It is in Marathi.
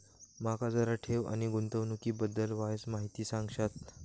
माका जरा ठेव आणि गुंतवणूकी बद्दल वायचं माहिती सांगशात?